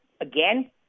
again